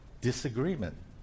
disagreement